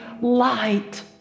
light